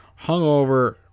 hungover